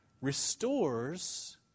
restores